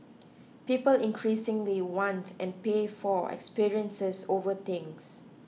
people increasingly want and pay for experiences over things